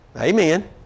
Amen